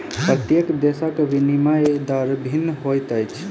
प्रत्येक देशक विनिमय दर भिन्न होइत अछि